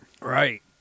Right